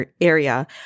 area